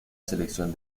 selección